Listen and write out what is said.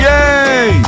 Yay